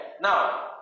Now